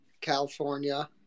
California